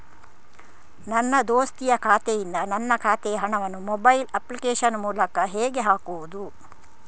ನನ್ನ ದೋಸ್ತಿಯ ಖಾತೆಯಿಂದ ನನ್ನ ಖಾತೆಗೆ ಹಣವನ್ನು ಮೊಬೈಲ್ ಅಪ್ಲಿಕೇಶನ್ ಮೂಲಕ ಹೇಗೆ ಹಾಕುವುದು?